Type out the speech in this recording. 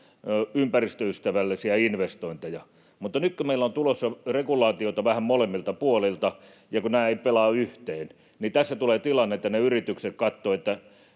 ympäristöystävällisiä investointeja, mutta nyt kun meillä on tulossa regulaatiota vähän molemmilta puolilta ja kun nämä eivät pelaa yhteen, niin tässä tulee tilanne, että ne yritykset katsovat,